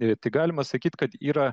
ir tai galima sakyt kad yra